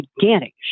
gigantic